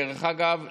דרך אגב,